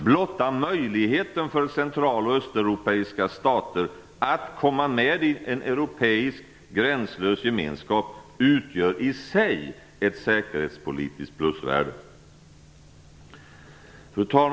Blotta möjligheten för central och östeuropeiska stater att komma med i en europeisk gränslös gemenskap utgör i sig ett säkerhetspolitiskt plusvärde. Fru talman!